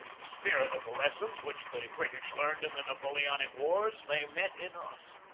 the spirit of the les son which the british learned in the napoleonic wars, they met in us.